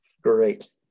Great